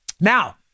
now